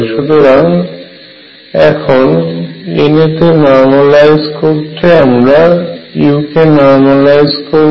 সুতরাং এখন Na তে নর্মালাইজ করতে আমরা u কে নর্মালাইজ করব